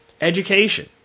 education